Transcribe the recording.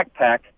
backpack